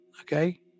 okay